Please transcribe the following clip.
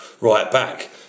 right-back